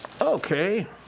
Okay